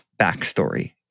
backstory